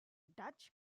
dutch